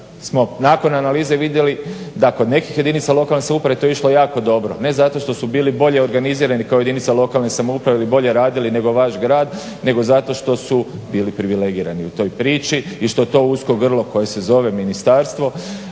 smo nakon analize vidjeli da kod nekih jedinca lokalne samouprave je to išlo jako dobro ne zato što su bili bolje organizirani kao jedinica lokalne samouprave ili bolje radili nego vaš grad nego zato što su bili privilegirani u toj priči i što je to usko grlo koje se zove ministarstvo